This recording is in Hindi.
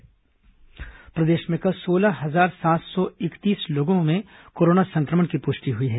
कोरोना समाचार प्रदेश में कल सोलह हजार सात सौ इकतीस लोगों में कोरोना संक्रमण की पुष्टि हुई है